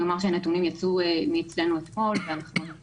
הנתונים יצאו מאתנו אתמול ואיני יודעת